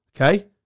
Okay